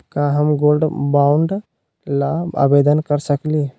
का हम gold bond ल आवेदन कर सकली?